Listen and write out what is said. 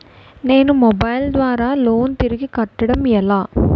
నేను మొబైల్ ద్వారా లోన్ తిరిగి కట్టడం ఎలా?